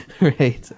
right